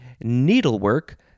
Needlework